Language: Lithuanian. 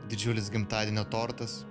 didžiulis gimtadienio tortas